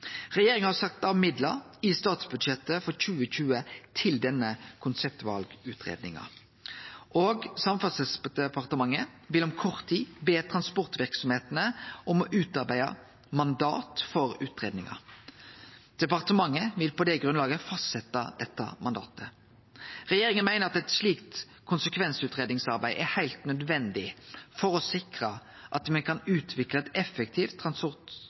Regjeringa har sett av midlar i statsbudsjettet for 2020 til denne konseptvalutgreiinga. Samferdselsdepartementet vil om kort tid be transportverksemdene om å utarbeide mandat for utgreiinga. Departementet vil på det grunnlaget fastsetje dette mandatet. Regjeringa meiner eit slikt konsekvensutgreiingsarbeid er heilt nødvendig for å sikre at me kan utvikle eit effektivt